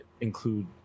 include